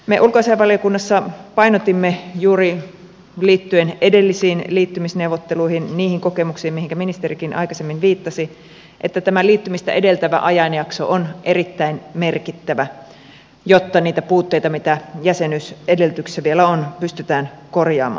me ulkoasiainvaliokunnassa painotimme juuri liittyen edellisiin liittymisneuvotteluihin niihin kokemuksiin mihinkä ministerikin aikaisemmin viittasi että tämä liittymistä edeltävä ajanjakso on erittäin merkittävä jotta niitä puutteita mitä jäsenyysedellytyksissä vielä on pystytään korjaamaan